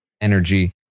energy